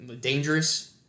dangerous